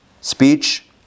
speech